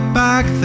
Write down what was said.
back